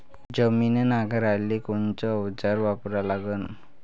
जमीन नांगराले कोनचं अवजार वापरा लागन?